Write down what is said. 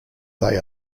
they